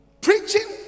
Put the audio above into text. Preaching